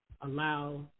allow